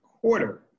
quarter